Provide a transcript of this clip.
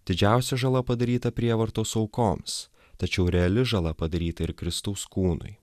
didžiausia žala padaryta prievartos aukoms tačiau reali žala padaryta ir kristaus kūnui